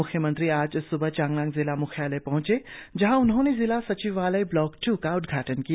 मुख्यमंत्री आज सुबह चांगलांग जिला म्ख्यालय पहंचे जहां उन्होंने जिला सचिवालय ब्लॉक टू का उद्घाटन किया